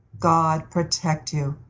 god protect you,